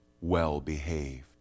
well-behaved